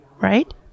right